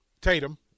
Tatum